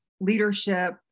leadership